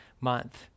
month